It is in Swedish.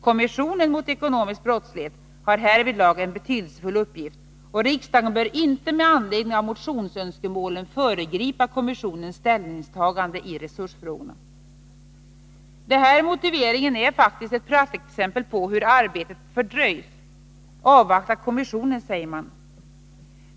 Kommissionen mot ekonomisk brottslighet har härvidlag en betydelsefull uppgift, och riksdagen bör inte med anledning av motionsönskemålen föregripa kommissionens ställningstagande i resursfrågorna.” Den motiveringen är ett praktexempel på hur arbetet fördröjs. Avvakta kommissionen, säger man.